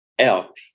out